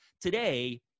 Today